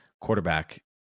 quarterback